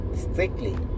strictly